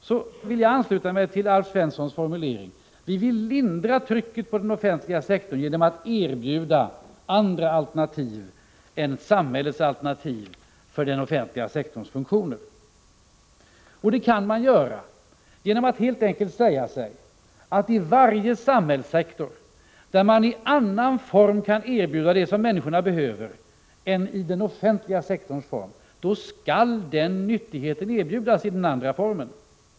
Jag vill då ansluta mig till Alf Svenssons formulering: Vi vill lindra trycket på den offentliga sektorn genom att erbjuda andra alternativ än samhällets alternativ för den offentliga sektorns funktioner. Det kan man göra genom att helt enkelt säga sig att i varje samhällssektor där man kan erbjuda det som människorna behöver i annan form än i den offentliga sektorns form skall den aktuella nyttigheten erbjudas i denna andra form.